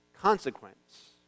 consequence